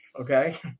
Okay